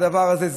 על הדבר הזה.